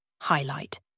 Highlight